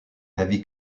heavy